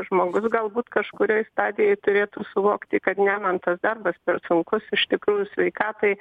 žmogus galbūt kažkurioj stadijoj turėtų suvokti kad ne man tas darbas per sunkus iš tikrųjų sveikatai